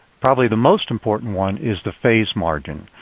probably the most important one is the phase margin.